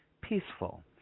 peaceful